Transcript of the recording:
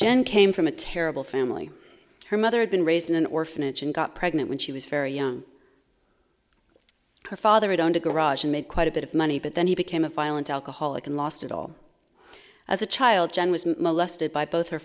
jen came from a terrible family her mother had been raised in an orphanage and got pregnant when she was very young her father down to garage and made quite a bit of money but then he became a violent alcoholic and lost it all as a child jen was molested by both her